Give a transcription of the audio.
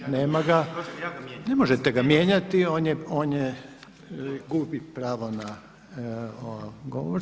Nema ga [[Upadica: Oprostite ja ga mijenjam.]] Ne možete ga mijenjati, on gubi pravo na govor.